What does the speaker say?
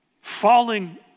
falling